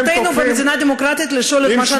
זכותנו במדינה דמוקרטית לשאול את מה שאנחנו רוצים לשאול.